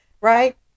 right